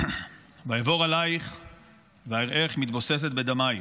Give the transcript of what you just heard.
"ואעבר עליך ואראך מתבוססת בדמיך"